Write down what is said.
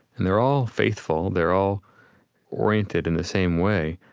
and they're all faithful. they're all oriented in the same way,